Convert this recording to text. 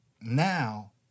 now